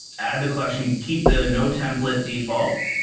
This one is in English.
add the collection. you can keep the no template default.